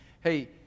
hey